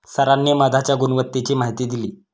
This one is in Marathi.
सरांनी मधाच्या गुणवत्तेची माहिती दिली